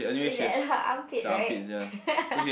it's at her armpit right